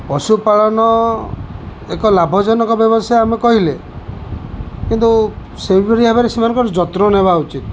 ପଶୁପାଳନ ଏକ ଲାଭଜନକ ବ୍ୟବସାୟ ଆମେ କହିଲେ କିନ୍ତୁ ସେହିପରି ଭାବରେ ସେମାନଙ୍କର ଯତ୍ନ ନେବା ଉଚିତ